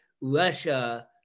Russia